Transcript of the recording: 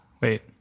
wait